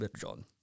John